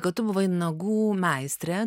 kad tu buvai nagų meistrė